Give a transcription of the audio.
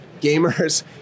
Gamers